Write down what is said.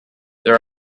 there